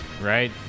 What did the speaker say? right